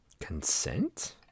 Consent